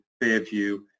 Fairview